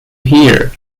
hear